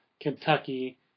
Kentucky